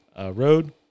Road